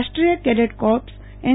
રાષ્ટ્રીય cadet corps N